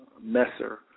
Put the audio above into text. Messer